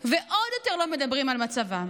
ועוד יותר לא מדברים על מצבן.